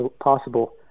possible